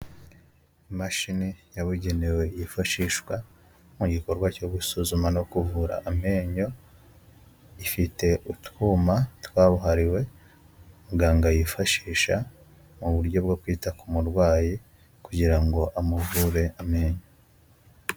Imashini yabugenewe yifashishwa mu gikorwa cyo gusuzuma no kuvura amenyo, ifite utwuma twabuhariwe muganga yifashisha mu buryo bwo kwita ku murwayi kugira ngo amuvure amenyo.